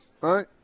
right